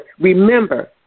Remember